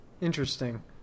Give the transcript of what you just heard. Interesting